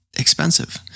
expensive